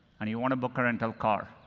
and you want to book a rental car.